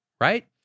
right